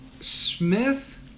Smith